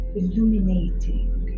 illuminating